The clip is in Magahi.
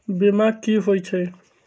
बीमा कि होई छई?